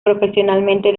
profesionalmente